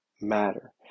matter